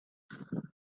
however